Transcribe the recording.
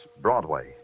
Broadway